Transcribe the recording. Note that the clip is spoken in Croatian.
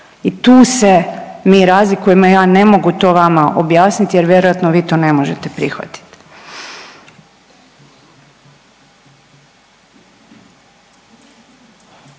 i tu se mi razlikujemo i ja ne mogu to vama objasniti jer vjerojatno vi to ne možete prihvatit.